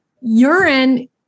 Urine